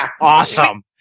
Awesome